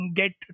get